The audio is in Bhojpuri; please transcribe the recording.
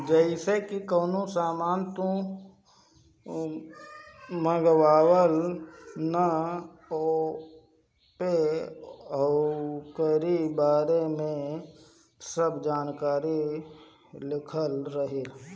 जइसे की कवनो सामान तू मंगवल त ओपे ओकरी बारे में सब जानकारी लिखल रहि